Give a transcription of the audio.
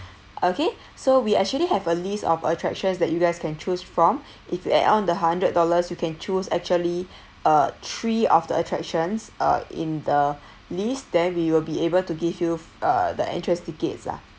okay so we actually have a list of attractions that you guys can choose from if you add on the hundred dollars you can choose actually uh three of the attractions uh in the list then we will be able to give you uh the entrance tickets lah